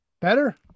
Better